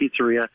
pizzeria